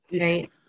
right